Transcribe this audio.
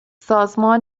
سازمان